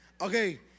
Okay